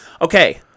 Okay